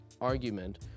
argument